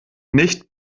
nicht